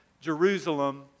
Jerusalem